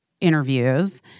interviews